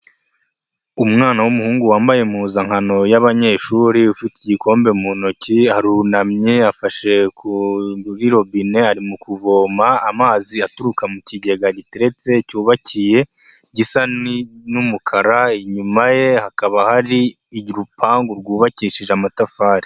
Umwana w'umuhungu wambaye impuzankano y'abanyeshuri, ufite igikombe mu ntoki, arunamye afashe kuri robine, ari mu kuvoma amazi aturuka mu kigega giteretse cyubakiye gisa n'umukara, inyuma ye hakaba hari urupangu rwubakishije amatafari.